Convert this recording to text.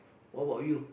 what about you